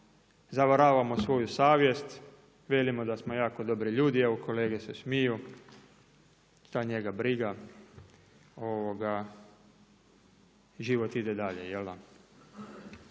zavaravamo svoju savjest, velimo da smo jako dobri ljudi. Evo kolege se smiju. Šta njega briga, život ide dalje. Jel' da?